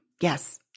Yes